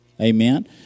Amen